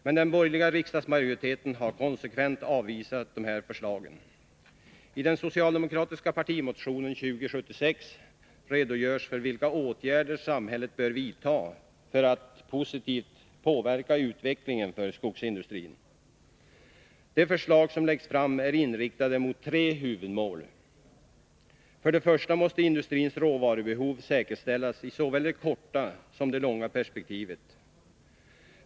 Men den borgerliga riksdagsmajoriteten har konsekvent avvisat dessa förslag. I den socialdemokratiska partimotionen 1981/82:2076 redogörs för vilka åtgärder samhället bör vidta för att positivt påverka utvecklingen för skogsindustrin. De förslag som läggs fram är inriktade mot tre huvudmål. För det första måste industrins råvarubehov säkerställas i såväl det korta som det långa perspektivet.